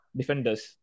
defenders